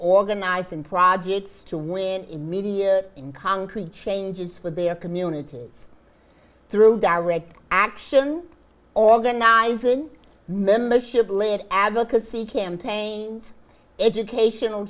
organizing projects to win in media in concrete changes for their communities through direct action organizing membership lead advocacy campaigns educational